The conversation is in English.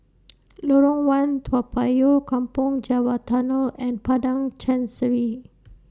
Lorong one Toa Payoh Kampong Java Tunnel and Padang Chancery